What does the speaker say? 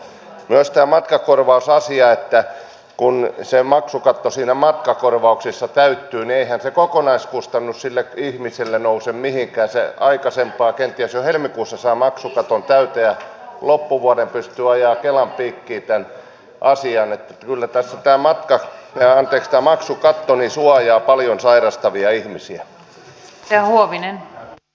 myös tämä korvausasia että kun se maksukatto sinä matkakorvauksissa täyttyymieheltä kokonaiskustannus sille ihmiselle nouse mihinkä se aikaisempaa kenties jo helmikuussa saa maksukaton täyteen loppuvuoden suoja kelan piikkiin tämän asian yllettäisikään matka yhdellä taholla jatkossa ja hyviä malleja levitetään ympäri maata